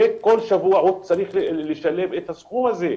כל שבוע צריך לשלם את הסכום הזה.